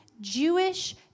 Jewish